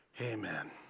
amen